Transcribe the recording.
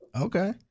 Okay